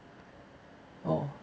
oh